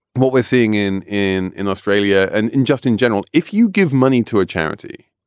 what we're seeing in in in australia and in just in general, if you give money to a charity,